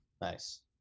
nice